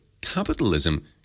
capitalism